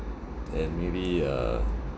and maybe uh